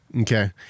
Okay